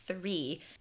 three